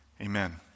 Amen